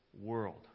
world